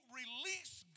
release